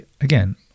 again